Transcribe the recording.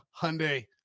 Hyundai